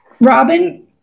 robin